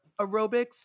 aerobics